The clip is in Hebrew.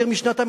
יותר משנתיים,